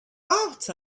out